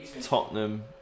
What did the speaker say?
Tottenham